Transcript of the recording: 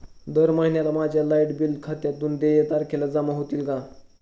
दर महिन्याला माझ्या लाइट बिल खात्यातून देय तारखेला जमा होतील का?